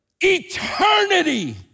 Eternity